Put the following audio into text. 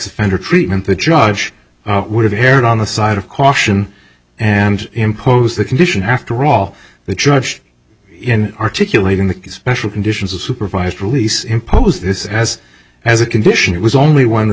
offender treatment the judge would have erred on the side of caution and impose that condition after all the judge in articulating the special conditions of supervised release imposed this as as a condition it was only one